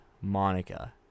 Monica